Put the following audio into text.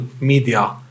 media